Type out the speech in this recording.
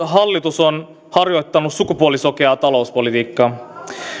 hallitus on harjoittanut sukupuolisokeaa talouspolitiikkaa